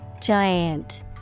Giant